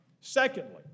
Secondly